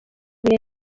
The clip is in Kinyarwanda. bihe